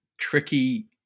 tricky